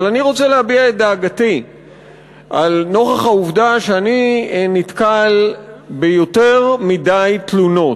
אבל אני רוצה להביע את דאגתי לנוכח העובדה שאני נתקל ביותר מדי תלונות,